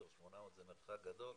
800 קמ', מרחק גדול,